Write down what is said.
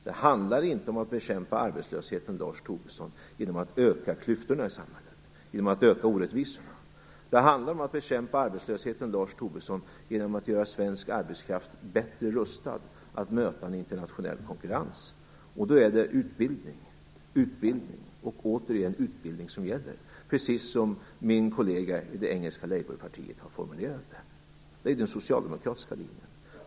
Det handlar inte om att bekämpa arbetslösheten, Lars Tobisson, genom att öka klyftorna och orättvisorna i samhället. Det handlar om att bekämpa arbetslösheten genom att göra svensk arbetskraft bättre rustad att möta en internationell konkurrens. Då är det utbildning och åter utbildning som gäller, precis som min kollega i det engelska labourpartiet har formulerat det. Det är den socialdemokratiska linjen.